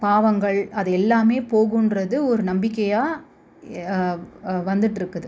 பாவங்கள் அது எல்லாமே போகும்ன்றது ஒரு நம்பிக்கையாக வந்துகிட்ருக்குது